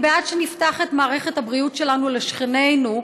אני בעד שנפתח את מערכת הבריאות שלנו לשכנינו,